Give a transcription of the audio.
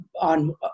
on